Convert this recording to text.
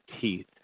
teeth